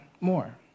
more